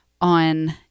on